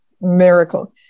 miracle